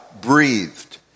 breathed